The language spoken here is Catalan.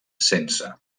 sense